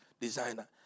designer